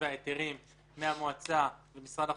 ואת ההיתרים מהמועצה וממשרד החקלאות,